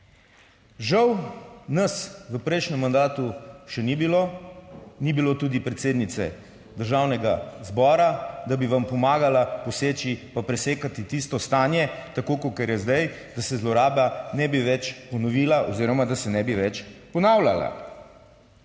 Žal nas v prejšnjem mandatu še ni bilo, ni bilo tudi predsednice Državnega zbora, da bi vam pomagala poseči pa presekati tisto stanje, tako kakor je zdaj, da se zloraba ne bi več ponovila oziroma da se ne bi več ponavljala.